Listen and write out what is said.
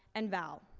and val.